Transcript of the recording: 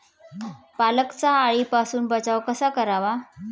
पालकचा अळीपासून बचाव कसा करावा?